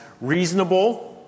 reasonable